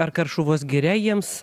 ar karšuvos giria jiems